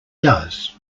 does